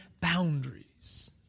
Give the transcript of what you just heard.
boundaries